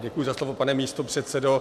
Děkuji za slovo, pane místopředsedo.